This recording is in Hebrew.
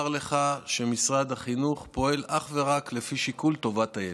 לך שמשרד החינוך פועל אך ורק לפי שיקול טובת הילד.